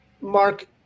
Mark